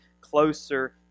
closer